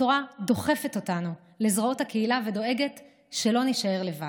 התורה דוחפת אותנו לזרועות הקהילה ודואגת שלא נישאר לבד.